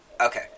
Okay